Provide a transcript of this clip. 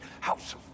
house